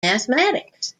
mathematics